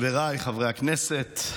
חבריי חברי הכנסת,